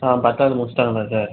ஆ பத்தாவது முடிச்சுட்டாங்களா சார்